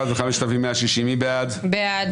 רוויזיה על הסתייגויות 4300-4281, מי בעד?